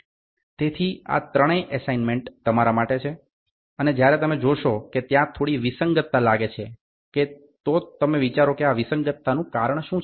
તેથી આ ત્રણેય એસાઈમેન્ટ તમારા માટે છે અને જ્યારે તમે જોશો કે ત્યાં થોડી વિસંગતતા લાગે છે કે તો તમે વિચારો કે આ વિસંગતતાનું કારણ શું છે